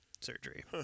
surgery